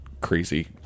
crazy